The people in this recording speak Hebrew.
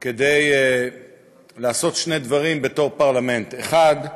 כדי לעשות שני דברים בתור הפרלמנט: האחד,